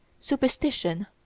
superstition